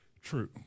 true